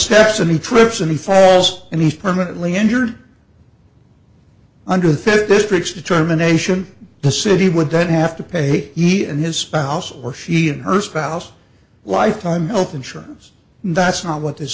steps and he trips and falls and he's permanently injured under the fifth district determination the city would that have to pay he and his spouse or she and her spouse lifetime health insurance that's not what this